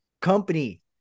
Company